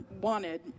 wanted